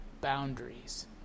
boundaries